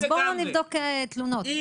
אז בואו נבדוק תלונות.